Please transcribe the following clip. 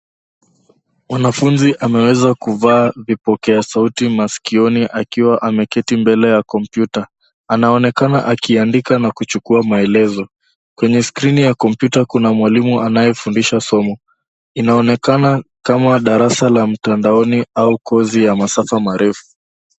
Mwanafunzi ameweza kuvaa vipokea sauti maskioni akiwa ameketi mbele ya kompyuta. Anaonekana akiandika na kuchukua maelezo. Kwenye skrini ya kompyuta kuna mwalimu ambaye fundisha somo. Inaonekana kama darasa la mtandaoni au kozi ya masafa marefu.